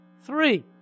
Three